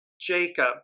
Jacob